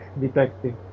detective